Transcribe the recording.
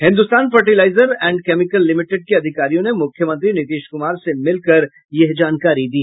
Hindustan fertiliser and chemical limited के अधिकारियों ने मुख्यमंत्री नीतीश कुमार से मिलकर यह जानकारी दी